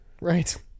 Right